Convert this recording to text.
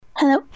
Hello